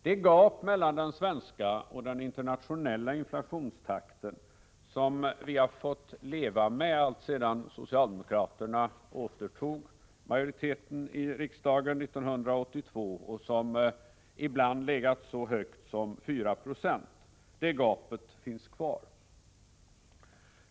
Det gap mellan den svenska och den internationella inflationstakten som vi har fått leva med alltsedan socialdemokraterna återtog majoriteten i riksdagen 1982 och som ibland legat så högt som 4 96 — det gapet finns kvar.